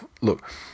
look